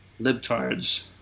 libtards